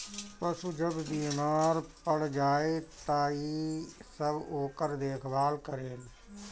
पशु जब बेमार पड़ जाए त इ सब ओकर देखभाल करेल